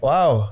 Wow